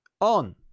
on